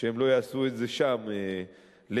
שהם יעשו את זה שם לתמיד,